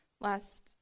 last